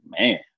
man